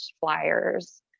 flyers